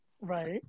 Right